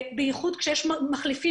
בייחוד כשיש תחליפים,